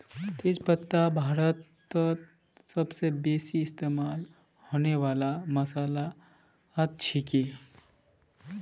तेज पत्ता भारतत सबस बेसी इस्तमा होने वाला मसालात छिके